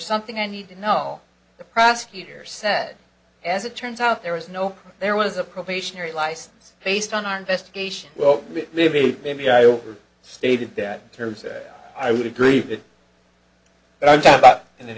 something i need to know the prosecutor said as it turns out there was no there was a probationary license based on our investigation well maybe maybe i over stated that terms that i would agree that i talked about in the